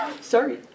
Sorry